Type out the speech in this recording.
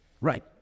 Right